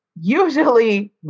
usually